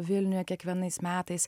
vilniuje kiekvienais metais